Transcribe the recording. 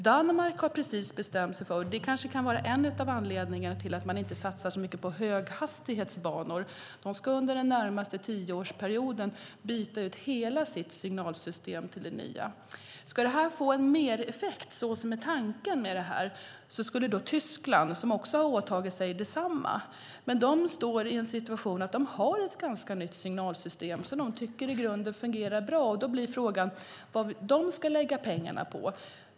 Danmark har precis bestämt sig för - det kanske är en av anledningarna till att man inte satsar så mycket på höghastighetsbanor - att under den närmaste tioårsperioden byta ut hela sitt signalsystem till det nya. Ska det få en mereffekt, vilket är tanken, skulle Tyskland, som också har åtagit sig detsamma, göra det. Men de är i situationen att de har ett ganska nytt signalsystem som de i grunden tycker fungerar bra. Då blir frågan vad de ska lägga pengarna på.